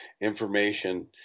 information